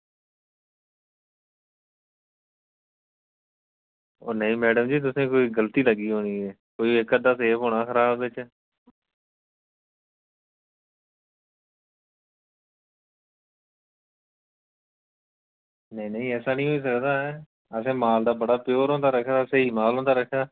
ओह् नेईं मैड़म जी तुसें ई कोई गलती लग्गी दी होनी ऐ कोई इक्क अद्धा सेव होना खराब बिच नेईं नेईं ऐसा निं होई सकदा असें माल ते बड़ा प्योर होंदा रक्खे दा स्हेई माल होंदा रक्खे दा